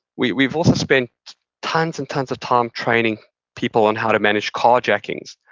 we've we've also spent tons and tons of time training people on how to manage carjackings.